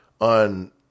on